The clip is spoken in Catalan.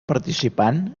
participant